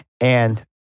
And-